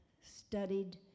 studied